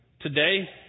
Today